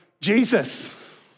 Jesus